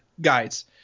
Guides